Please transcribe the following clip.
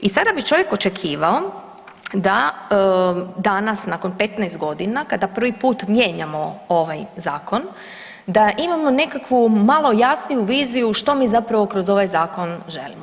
I sada bi čovjek očekivao da danas nakon 15.g. kada prvi put mijenjamo ovaj zakon da imamo nekakvu malo jasniju viziju što mi zapravo kroz ovaj zakon želimo.